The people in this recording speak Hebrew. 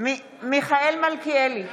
מיכאל מלכיאלי,